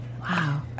Wow